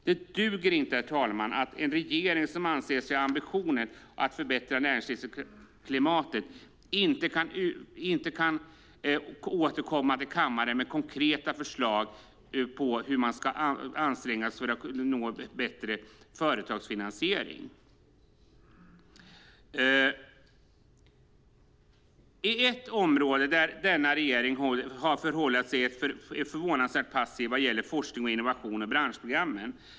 Det duger inte, herr talman, att en regering som anser sig ha ambitioner för att förbättra näringslivsklimatet inte kan återkomma till kammaren med konkreta förslag för hur man ska anstränga sig för att nå bättre företagsfinansiering. Ett område där denna regering har förhållit sig förvånansvärt passiv är forskning, innovation och branschprogram.